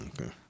Okay